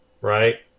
right